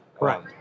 Right